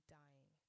dying